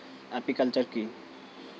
Apiculture কি?